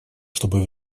чтобы